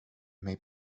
may